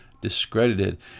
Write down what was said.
discredited